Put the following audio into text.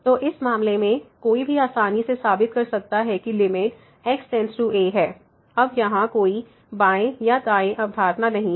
तो इस मामले में कोई भी आसानी से साबित कर सकता है कि लिमिट x→a है अब यहां कोई बाएं या दाएं अवधारणा नहीं है